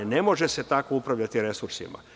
Ne može se tako upravljati resursima.